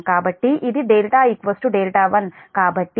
కాబట్టి ఇది δ δ1